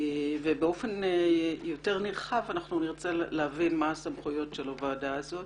ובאופן יותר נרחב אנחנו נרצה להבין מה הסמכויות של הוועדה הזאת,